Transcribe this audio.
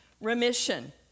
remission